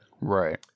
Right